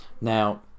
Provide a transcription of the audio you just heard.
now